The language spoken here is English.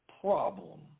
problem